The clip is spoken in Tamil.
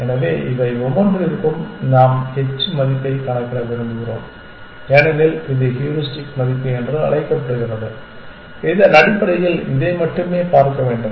எனவே இவை ஒவ்வொன்றிற்கும் நாம் h மதிப்பைக் கணக்கிட விரும்புகிறோம் ஏனெனில் இது ஹூரிஸ்டிக் மதிப்பு என்று அழைக்கப்படுகிறது இதன் அடிப்படையில் இதை மட்டுமே பார்க்க வேண்டும்